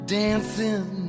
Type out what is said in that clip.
dancing